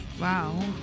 Wow